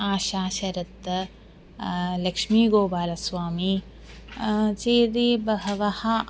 आशाशरत् लक्ष्मीगोपालस्वामी चेति बहवः